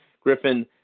Griffin